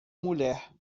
mulher